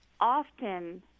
Often